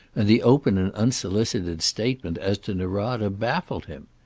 and the open and unsolicited statement as to norada baffled him.